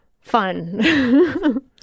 fun